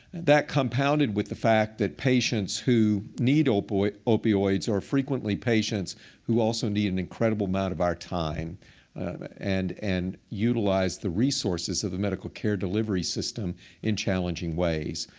that, compounded with the fact of patients who need opioids opioids are frequently patients who also need an incredible amount of our time and and utilize the resources of the medical care delivery system in challenging ways.